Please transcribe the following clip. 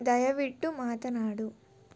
ದಯವಿಟ್ಟು ಮಾತನಾಡು